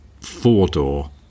four-door